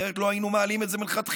אחרת לא היינו מעלים את זה מלכתחילה.